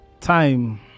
time